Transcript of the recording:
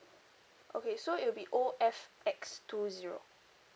okay so it'll be O F X two zero